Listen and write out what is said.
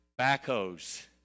backhoes